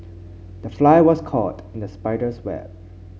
the fly was caught in the spider's web